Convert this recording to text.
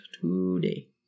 today